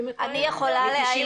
אני יכולה להעיד